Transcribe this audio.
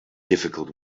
difficult